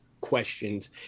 questions